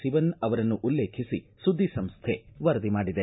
ಸಿವನ್ ಅವರನ್ನು ಉಲ್ಲೇಖಿಸಿ ಸುದ್ದಿ ಸಂಸ್ವೆ ವರದಿ ಮಾಡಿದೆ